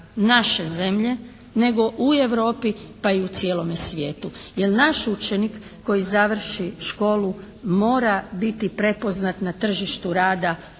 naš učenik koji završi školu mora biti prepoznat na tržištu rada u